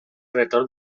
retorn